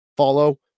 follow